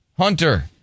Hunter